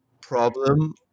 problem